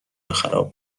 خراب